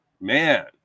Man